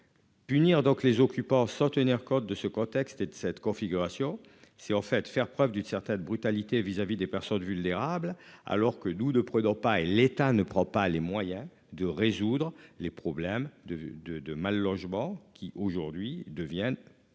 donc les occupants sans tenir compte de ce contexte et de cette configuration, c'est en fait faire preuve d'une certaine brutalité vis-à-vis des personnes vulnérables alors que nous deux prudent pas et l'État ne prend pas les moyens de résoudre les problèmes de, de, de mal logement qui aujourd'hui deviennent